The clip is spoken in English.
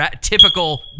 typical